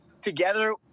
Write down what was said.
together